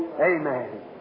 Amen